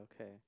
okay